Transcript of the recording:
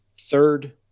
third